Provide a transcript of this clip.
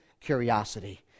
curiosity